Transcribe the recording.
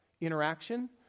interaction